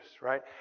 right